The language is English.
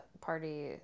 party